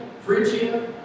Phrygia